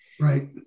Right